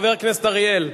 חבר הכנסת אריאל.